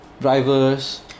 drivers